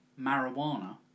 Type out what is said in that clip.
Marijuana